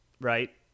right